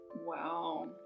Wow